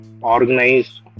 organized